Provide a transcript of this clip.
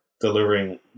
delivering